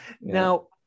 now